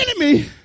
enemy